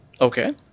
Okay